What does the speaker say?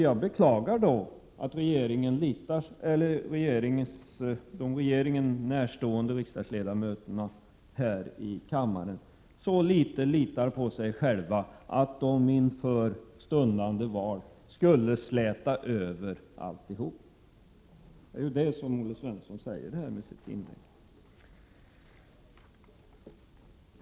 Jag beklagar att de regeringen närstående riksdagsledamöterna här i kammaren inte litar mer på sig själva än att de inför stundande val vill släta över alltihop — det är ju det som Olle Svensson säger här! Fru talman!